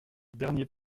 dernier